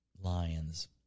lions